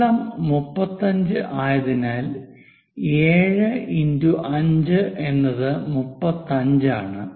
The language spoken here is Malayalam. നീളം 35 ആയതിനാൽ 7 5 എന്നത് 35 ആണ്